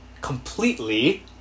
completely